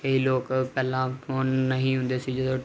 ਇਹ ਲੋਕ ਪਹਿਲਾਂ ਫੋਨ ਨਹੀਂ ਹੁੰਦੇ ਸੀ ਜਦੋਂ